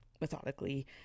methodically